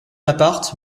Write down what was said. appart